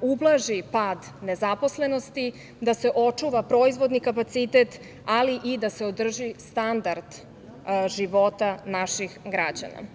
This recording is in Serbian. ublaži pad nezaposlenosti, da se očuva proizvodni kapacitet, ali i da se održi standard života naših građana.